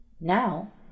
Now